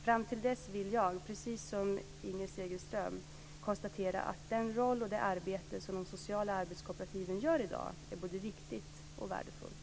Fram till dess vill jag, precis som Inger Segelström, konstatera att den roll och det arbete som de sociala arbetskooperativen gör i dag är både viktigt och värdefullt.